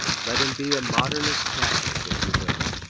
let him be a modernist catholic if you will.